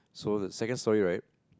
so the second story right